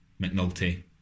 McNulty